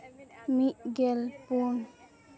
ᱢᱤᱫ ᱜᱮᱞ ᱯᱩᱱ